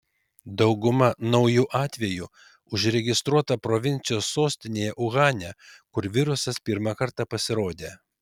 dauguma naujų atvejų užregistruota provincijos sostinėje uhane kur virusas pirmą kartą pasirodė